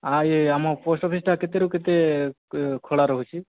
ଆମ ପୋଷ୍ଟ୍ ଅଫିସ୍ଟା କେତେରୁ କେତେ ଖୋଲା ରହୁଛି